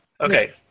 Okay